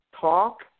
talk